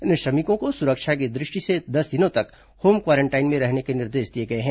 इन श्रमिकों को सुरक्षा की दृष्टि से दस दिनों तक होम क्वारेंटाइन में रहने के निर्देश दिए गए हैं